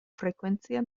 frecuencia